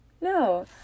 no